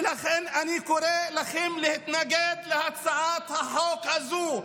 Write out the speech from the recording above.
ולכן, אני קורא לכם להתנגד להצעת החוק הזו.